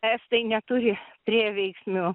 estai neturi prieveiksmių